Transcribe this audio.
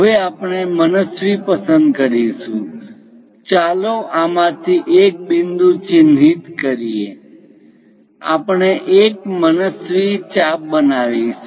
હવે આપણે મનસ્વી પસંદ કરીશું ચાલો આમાંથી એક બિંદુ ચિહ્નિત કરીએ આપણે એક મનસ્વી ચાપ બનાવીશું